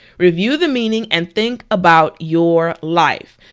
review the meaning and think about your life.